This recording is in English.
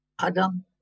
Adam